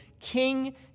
king